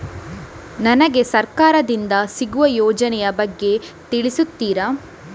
ನನಗೆ ಸರ್ಕಾರ ದಿಂದ ಸಿಗುವ ಯೋಜನೆ ಯ ಬಗ್ಗೆ ತಿಳಿಸುತ್ತೀರಾ?